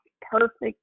perfect